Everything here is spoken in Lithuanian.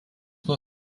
nuo